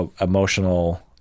emotional